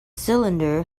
cylinder